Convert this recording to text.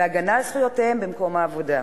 בהגנה על זכויותיהם במקום העבודה.